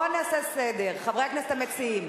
בואו נעשה סדר, חברי הכנסת המציעים,